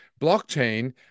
blockchain